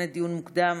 לדיון מוקדם,